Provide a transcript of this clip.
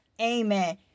Amen